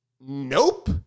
Nope